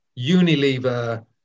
Unilever